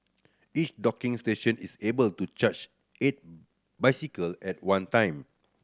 each docking station is able to charge eight bicycle at one time